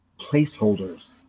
placeholders